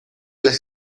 las